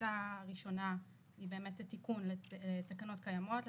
טיוטה ראשונה היא לתיקון תקנות קיימות,